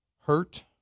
hurt